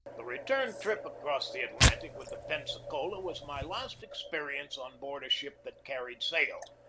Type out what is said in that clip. the return trip across the atlantic with the pen sacola was my last experience on board a ship that carried sail,